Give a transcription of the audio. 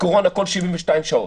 קורונה בכל 72 שעות.